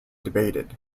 debated